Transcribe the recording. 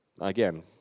Again